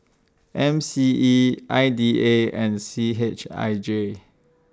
M C E I D A and C H I J